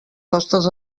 costes